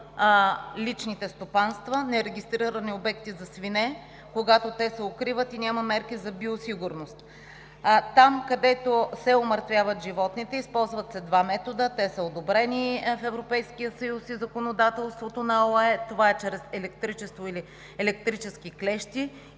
личните стопанства, нерегистрирани обекти за свине, когато се укриват и няма мерки за биосигурност. Там, където се умъртвяват животните, се използват два метода, одобрени в Европейския съюз и законодателството на OIE – чрез електричество или електрически клещи,